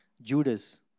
Judas